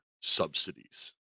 subsidies